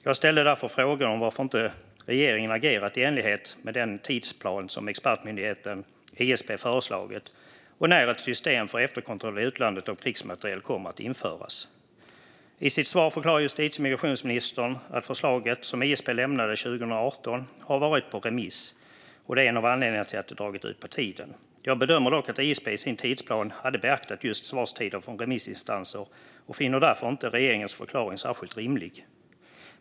Jag ställer därför frågan varför regeringen inte har agerat i enlighet med den tidsplan som expertmyndigheten ISP föreslagit och när ett system för efterkontroll i utlandet av krigsmateriel kommer att införas. I sitt svar förklarar justitie och migrationsministern att förslaget som ISP lämnade 2018 har varit på remiss och att det är en av anledningarna till att det har dragit ut på tiden. Jag bedömer dock att ISP i sin tidsplan hade beaktat just svarstider från remissinstanser och finner därför inte regeringens förklaring särskilt rimlig.